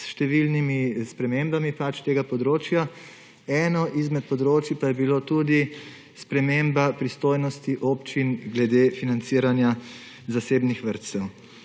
s številnimi spremembami tega področja. Eno izmed področij je bilo tudi sprememba pristojnosti občin glede financiranja zasebnih vrtcev.